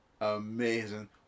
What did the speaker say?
Amazing